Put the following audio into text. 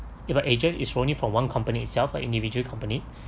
if an agent is only from one company itself or individual company